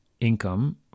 income